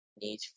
need